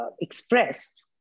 expressed